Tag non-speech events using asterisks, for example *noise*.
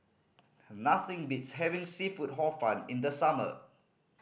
*noise* nothing beats having seafood Hor Fun in the summer